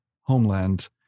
homeland